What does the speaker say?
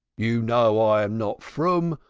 you know i am not froom,